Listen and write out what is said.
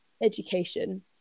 education